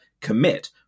commit